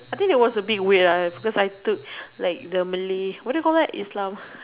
I think that was a bit weird lah because I took like the Malay what do you call that Islam